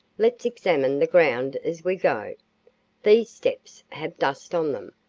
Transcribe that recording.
let's examine the ground as we go. these steps have dust on them,